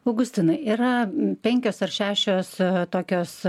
augustinai yra penkios ar šešios tokios